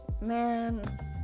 man